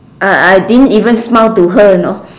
uh I didn't even smile to her you know